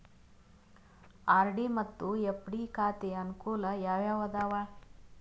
RD ಮತ್ತು FD ಖಾತೆಯ ಅನುಕೂಲ ಯಾವುವು ಅದಾವ?